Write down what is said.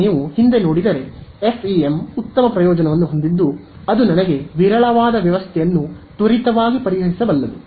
ಈಗ ನೀವು ಹಿಂದೆ ನೋಡಿದರೆ ಎಫ್ಇಎಂ ಉತ್ತಮ ಪ್ರಯೋಜನವನ್ನು ಹೊಂದಿದ್ದು ಅದು ನನಗೆ ವಿರಳವಾದ ವ್ಯವಸ್ಥೆಯನ್ನು ತ್ವರಿತವಾಗಿ ಪರಿಹರಿಸಬಲ್ಲದು